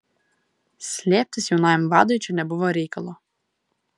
slėptis jaunajam vadui čia nebuvo reikalo